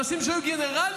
אנשים שהיו גנרלים.